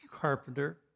carpenter